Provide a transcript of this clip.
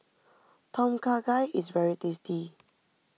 Tom Kha Gai is very tasty